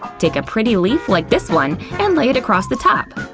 take a pretty leaf like this one and lay it across the top.